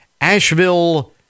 Asheville